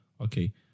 okay